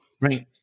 Right